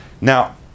now